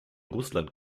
russland